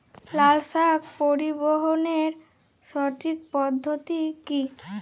লালশাক পরিবহনের সঠিক পদ্ধতি কি?